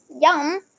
Yum